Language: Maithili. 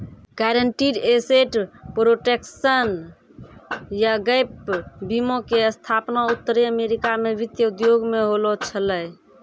गायरंटीड एसेट प्रोटेक्शन या गैप बीमा के स्थापना उत्तरी अमेरिका मे वित्तीय उद्योग मे होलो छलै